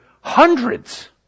hundreds